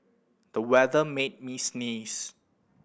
the weather made me sneeze